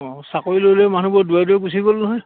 অঁ চাকৰি লৈ লৈ মানুহবোৰ নহয়